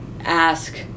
ask